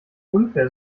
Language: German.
unfair